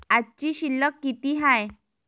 आजची शिल्लक किती हाय?